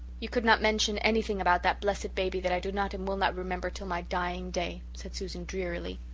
you could not mention anything about that blessed baby that i do not and will not remember till my dying day, said susan drearily.